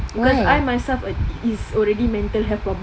because I myself is already mental health problem